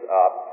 up